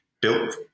built